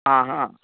आं हां